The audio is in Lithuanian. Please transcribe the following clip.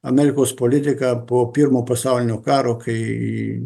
amerikos politiką po pirmo pasaulinio karo kai